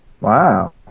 Wow